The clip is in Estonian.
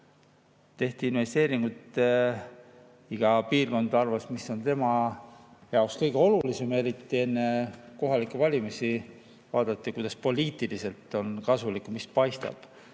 tehtigi investeeringuid. Iga piirkond arvas, mis on tema jaoks kõige olulisem, ja eriti enne kohalikke valimisi vaadati, kuidas on poliitiliselt kasulikum, mis välja paistab.